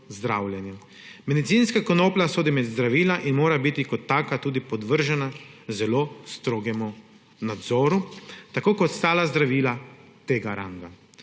zdravljenje. Medicinska konoplja sodi med zdravila in mora biti kot taka tudi podvržena zelo strogemu nadzoru, tako kot ostala zdravila tega ranga.